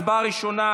הצבעה ראשונה,